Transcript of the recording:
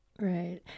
Right